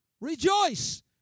Rejoice